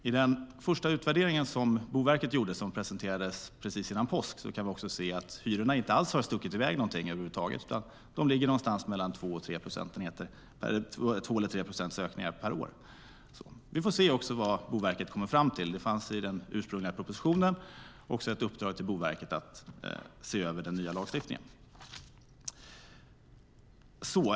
I den första utvärdering som Boverket gjorde och som presenterades precis innan påsk kan vi se att hyrorna inte alls har stuckit i väg över huvud taget utan att det är ökningar på 2-3 procent per år. Vi får se vad Boverket kommer fram till. I den ursprungliga propositionen fanns det ett uppdrag till Boverket att se över den nya lagstiftningen.